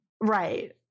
Right